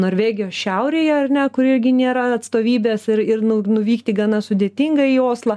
norvegijos šiaurėje ar ne kur irgi nėra atstovybės ir ir nu nuvykti gana sudėtinga į oslą